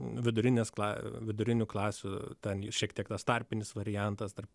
vidurinės klasės vidurinių klasių danijos šiek tiek tas tarpinis variantas tarp